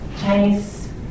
Chinese